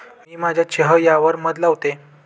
मी माझ्या चेह यावर मध लावते